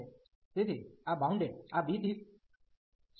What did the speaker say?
તેથી આ બાઉન્ડ આ b થી સ્વતંત્ર છે